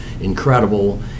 incredible